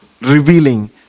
revealing